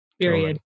Period